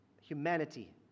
humanity